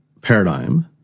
paradigm